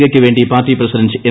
കെയ്ക്കുവേണ്ടി party president M